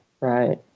right